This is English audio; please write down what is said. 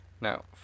Now